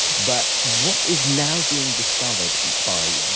but what is now being discovered by,